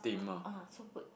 uh so good